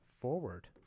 forward